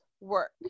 work